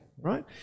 Right